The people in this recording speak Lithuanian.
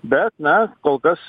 bet na kol kas